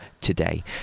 today